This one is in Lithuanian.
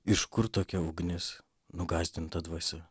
iš kur tokia ugnis nugąsdinta dvasia